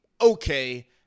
okay